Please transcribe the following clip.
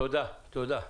תודה.